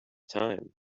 time